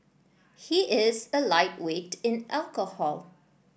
he is a lightweight in alcohol